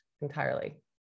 entirely